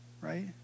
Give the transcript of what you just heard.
right